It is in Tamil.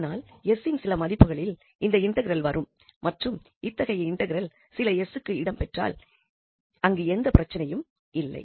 ஆனால் s இன் சில மதிப்புகளில் இந்த இன்டெக்ரல் வரும் மற்றும் இத்தகைய இன்டெக்ரல் சில sக்கு இடம் பெற்றால் அங்கு எந்த பிரச்சனையும் இல்லை